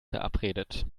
verabredet